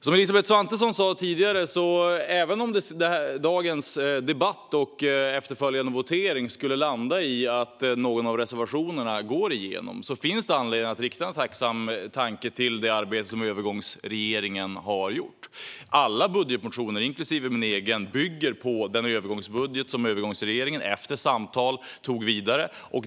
Som Elisabeth Svantesson sa tidigare finns det, även om dagens debatt och efterföljande votering skulle resultera i att någon av reservationerna går igenom, anledning att rikta en tacksam tanke till det arbete som övergångsregeringen har gjort. Alla budgetmotioner, inklusive min egen, bygger på den övergångsbudget som övergångsregeringen, efter samtal, tog vidare.